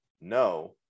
no